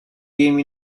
game